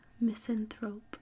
Misanthrope